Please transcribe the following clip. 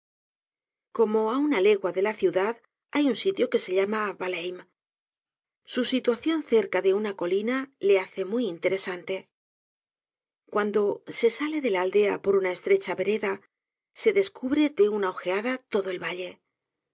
como á una legua de la ciudad hay un sitio que se llama vahleim su situación cerca de una colina le hace muy interesante cuando se sale de la aldea por una estrecha vereda se descubre de una ojeada todo el valle